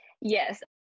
yes